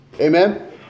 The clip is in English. Amen